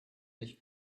nicht